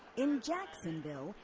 in jacksonville,